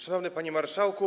Szanowny Panie Marszałku!